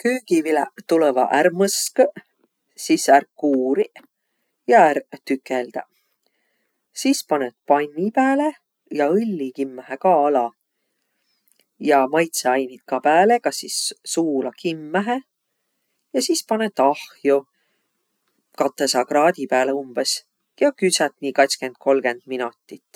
Köögiviläq tulõvaq ärq mõskõq, sis ärq kuuriq ja ärq tükeldäq. Sis panõt panni pääle ja õlli kimmähe ka ala. Ja maitsõainit ka pääle, kas sis suula kimmähe, ja sis panõt ahjo katõsaa kraadi pääle umbõs ja küdsät nii katskend, kolmkend minotit.